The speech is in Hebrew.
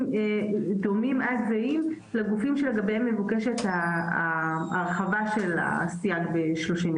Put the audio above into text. דומים עד זהים לגופים שלגביהם מבוקשת ההרחבה של הסייג ב-39.